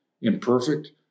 imperfect